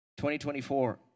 2024